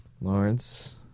Lawrence